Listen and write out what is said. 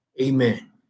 Amen